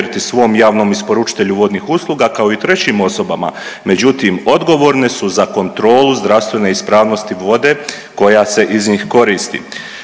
svom javnom isporučitelju vodnih usluga kao i trećim osobama. Međutim, odgovorne su za kontrolu zdravstvene ispravnosti vode koja se iz njih koristi.